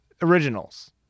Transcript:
Originals